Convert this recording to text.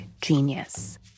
genius